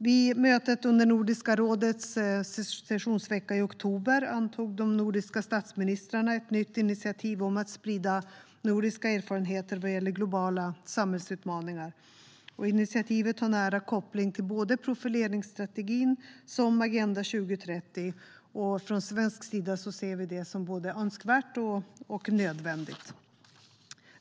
Vid mötet under Nordiska rådets sessionsvecka i oktober antog de nordiska statsministrarna ett nytt initiativ om att sprida nordiska erfarenheter vad gäller globala samhällsutmaningar. Initiativet har nära koppling till både profileringsstrategin och Agenda 2030. Från svensk sida ser vi det som både önskvärt och nödvändigt.